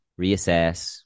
reassess